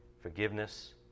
Forgiveness